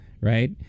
right